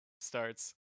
starts